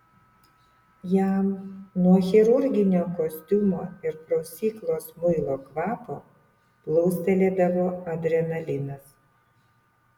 jam nuo chirurginio kostiumo ir prausyklos muilo kvapo plūstelėdavo adrenalinas